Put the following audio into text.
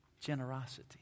generosity